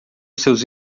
seus